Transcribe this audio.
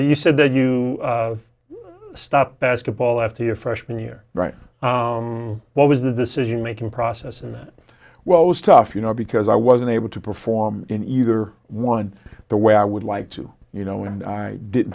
you said that you stop basketball at the a freshman year right what was the decision making process and well it was tough you know because i wasn't able to perform in either one the way i would like to you know and i didn't